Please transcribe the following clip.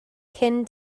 cyn